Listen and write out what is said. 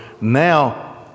now